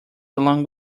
along